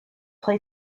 play